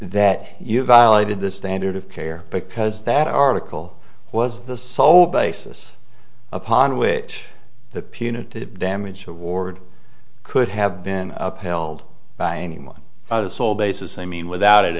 that you violated the standard of care because that article was the sole basis upon which the punitive damage award could have been upheld by any one sole basis i mean without it